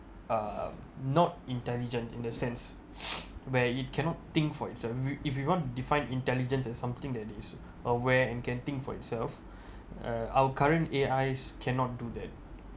uh not intelligent in the sense where it cannot think for itself if if you want to define intelligence as something that is aware and can think for itself uh our current A_I cannot do that